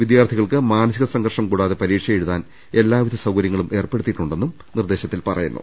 വിദ്യാർത്ഥികൾക്ക് മാനസിക സംഘർഷം കൂടാതെ പരീ ക്ഷയെഴുതുന്നതിന് എല്ലാവിധ സൌകര്യങ്ങളും ഏർപ്പെടുത്തിയിട്ടു ണ്ടെന്നും നിർദേശത്തിൽ പറയുന്നു